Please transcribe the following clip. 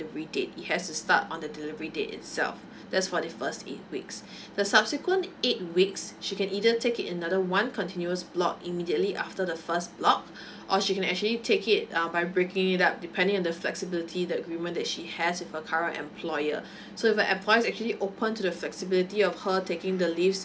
date it has to start on the delivery date itself that's for the first eight weeks the subsequent eight weeks she can either take it another one continuous block immediately after the first block or she can actually take it uh by breaking it up depending on the flexibility the agreement that she has with her current employer so if her employer actually open to the flexibility of her taking the leaves